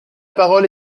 parole